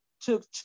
took